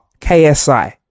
KSI